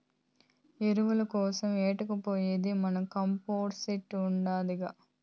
ఎరువుల కోసరం ఏడకు పోయేది మన కంపోస్ట్ ఉండగా